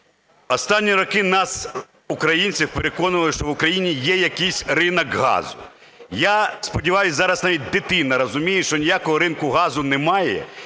останні роки нас, українців, переконували, що в Україні є якийсь ринок газу. Я сподіваюся, зараз навіть дитина розуміє, що ніякого ринку газу немає